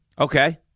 Okay